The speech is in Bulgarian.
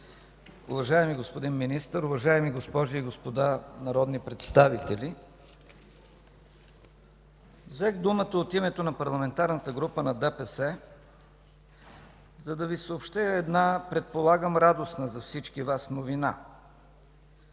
Уважаеми господин Министър, уважаеми госпожи и господа народни представители! Взех думата от името на Парламентарната група на ДПС, за да Ви съобщя една, предполагам, радостна за всички Вас новина.